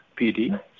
PD